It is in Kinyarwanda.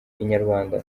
inyarwanda